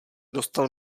dostal